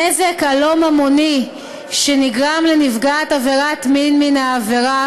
הנזק הלא-ממוני שנגרם לנפגעת עבירת מין מן העבירה